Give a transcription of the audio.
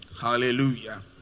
Hallelujah